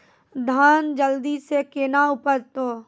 धान जल्दी से के ना उपज तो?